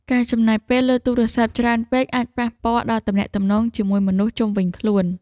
ការចំណាយពេលលើទូរស័ព្ទច្រើនពេក អាចប៉ះពាល់ដល់ទំនាក់ទំនងជាមួយមនុស្សជុំវិញខ្លួន។